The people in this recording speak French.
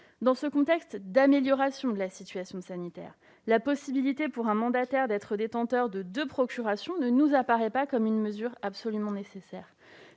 Dans ce contexte d'amélioration de la situation sanitaire, la possibilité pour un mandataire d'être détenteur de deux procurations ne nous apparaît pas comme une mesure nécessaire.